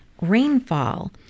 Rainfall